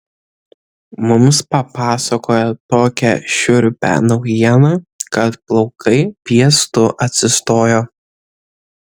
mums papasakojo tokią šiurpią naujieną kad plaukai piestu atsistojo